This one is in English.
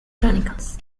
chronicles